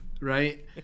right